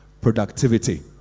productivity